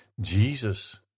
Jesus